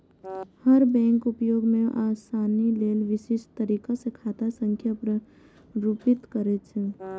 हर bank उपयोग मे आसानी लेल विशिष्ट तरीका सं खाता संख्या प्रारूपित करै छै